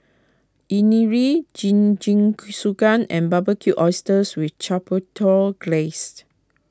Jingisukan and Barbecued Oysters with Chipotle Glaze